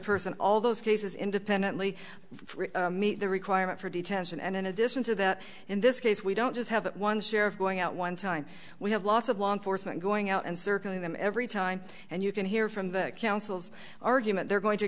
person all those cases independently meet the requirement for detention and in addition to that in this case we don't just have one sheriff going out one time we have lots of law enforcement going out and circling them every time and you can hear from the council's argument they're going to